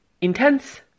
intense